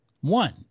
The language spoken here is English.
One